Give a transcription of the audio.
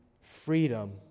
freedom